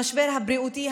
המשבר הבריאותי,